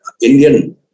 Indian